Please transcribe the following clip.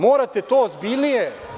Morateto ozbiljnije.